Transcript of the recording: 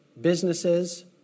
businesses